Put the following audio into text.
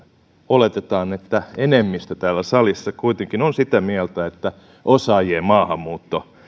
oletetaan että enemmistö täällä salissa kuitenkin on sitä mieltä että osaajien maahanmuutto